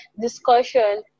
discussion